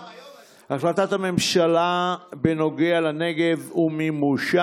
נעבור להצעה לסדר-היום בנושא: החלטות הממשלה בנוגע לנגב ומימושן,